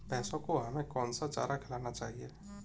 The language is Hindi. भैंसों को हमें कौन सा चारा खिलाना चाहिए?